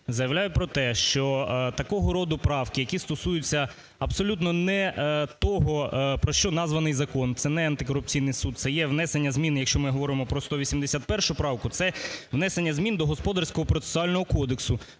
заявляють про те, що такого роду правки, які стосуються абсолютно не того, про що названий закон, це не Антикорупційний суд, це є внесення змін, якщо ми говоримо про 181 правку, це внесення змін до Господарського процесуального кодексу.